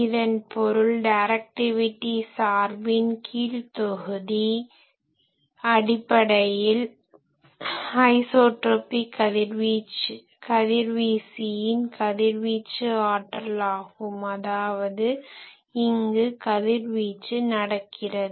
இதன் பொருள் டைரக்டிவிட்டி சார்பின் கீழ் தொகுதி அடிப்படையில் ஐஸோட்ரோப்பிக் கதிர்வீசியின் கதிர்வீச்சு ஆற்றல் ஆகும் அதாவது இங்கு கதிர்வீச்சு நடக்கிறது